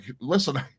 listen